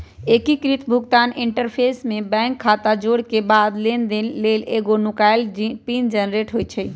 एकीकृत भुगतान इंटरफ़ेस में बैंक खता जोरेके बाद लेनदेन लेल एगो नुकाएल पिन जनरेट होइ छइ